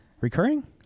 recurring